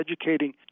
educating